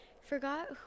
forgot